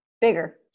Bigger